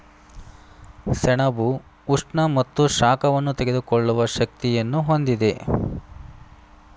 ಸೆಣಬು ಉಷ್ಣ ಮತ್ತು ಶಾಖವನ್ನು ತಡೆದುಕೊಳ್ಳುವ ಶಕ್ತಿಯನ್ನು ಹೊಂದಿದೆ